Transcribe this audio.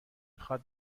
خواد